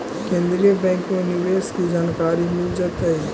केन्द्रीय बैंक में निवेश की जानकारी मिल जतई